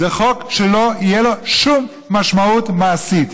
זה חוק שלא תהיה לו שום משמעות מעשית,